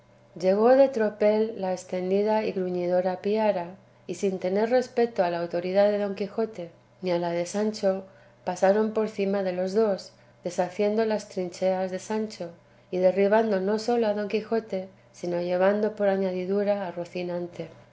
llegó de tropel la estendida y gruñidora piara y sin tener respeto a la autoridad de don quijote ni a la de sancho pasaron por cima de los dos deshaciendo las trincheas de sancho y derribando no sólo a don quijote sino llevando por añadidura a rocinante